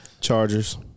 Chargers